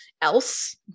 else